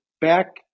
back